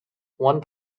one